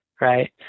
right